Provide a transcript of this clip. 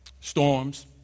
storms